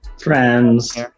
Friends